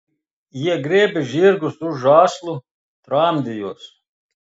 jie griebė žirgus už žąslų tramdė juos